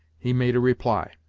he made a reply.